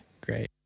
great